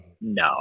No